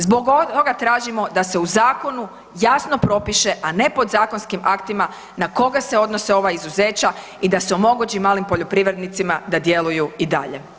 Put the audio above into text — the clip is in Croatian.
Zbog ovoga tražimo da se u zakonu jasno propiše, a ne podzakonskim aktima na koga se odnose ova izuzeća i da se omogući malim poljoprivrednicima da djeluju i dalje.